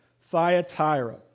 Thyatira